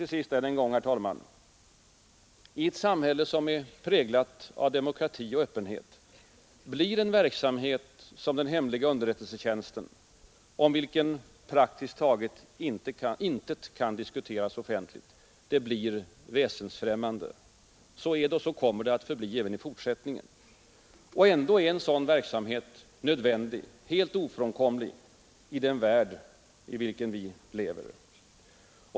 Till sist än en gång: I ett samhälle som är präglat av demokrati och öppenhet blir en verksamhet som den hemliga underrättelsetjänsten, om vilken praktiskt taget intet kan diskuteras offentligt, väsensfrämmande. Så är det, och så kommer det att förbli, även i fortsättningen. Och ändå är sådan verksamhet nödvändig, helt ofrånkomlig, i den värld i vilken vi lever.